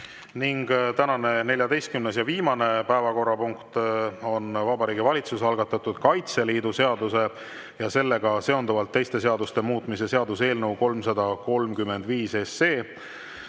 16. Tänane 14. ja viimane päevakorrapunkt on Vabariigi Valitsuse algatatud Kaitseliidu seaduse ja sellega seonduvalt teiste seaduste muutmise seaduse eelnõu 335.